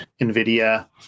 NVIDIA